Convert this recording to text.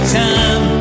time